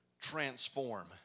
transform